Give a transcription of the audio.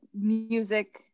music